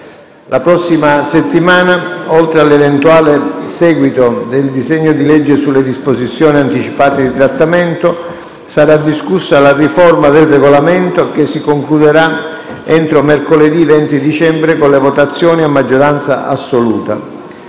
La prossima settimana, oltre all'eventuale seguito del disegno di legge sulle disposizioni anticipate di trattamento, sarà discussa la riforma del Regolamento, che si concluderà entro mercoledì 20 dicembre con le votazioni a maggioranza assoluta.